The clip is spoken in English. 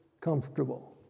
comfortable